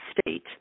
state